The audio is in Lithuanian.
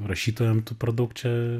rašytojam tu per daug čia